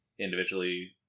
individually